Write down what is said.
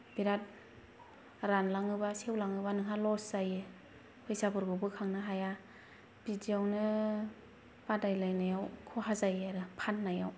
बिराद रानलाङोबा सेवलाङोबा नोंहा लस जायो फैसाफोरखौबो खांनो हाया बिदियावनो बादायलायनायाव खहा जायो आरो फाननायाव